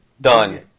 Done